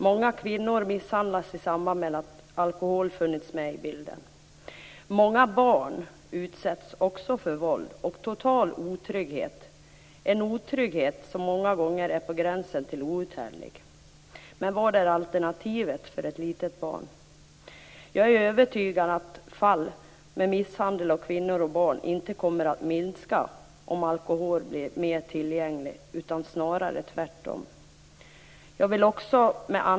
Många kvinnor misshandlas i samband med att alkohol funnits med i bilden. Många barn utsätts också för våld och total otrygghet, en otrygghet som många gånger är på gränsen till outhärdlig. Men vad är alternativet för ett litet barn? Jag är övertygad om att antalet fall med misshandel av kvinnor och barn inte kommer att minska om alkoholen blir mer tillgänglig - snarare tvärtom.